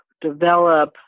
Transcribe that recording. develop